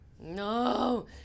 no